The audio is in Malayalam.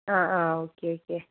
ആ ആ ഓക്കെ ഓക്കെ